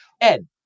Ed